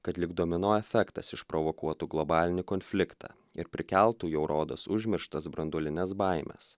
kad lyg domino efektas išprovokuotų globalinį konfliktą ir prikeltų jau rodos užmirštas branduolines baimes